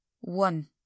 one